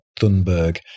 Thunberg